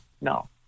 no